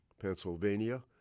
Pennsylvania